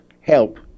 help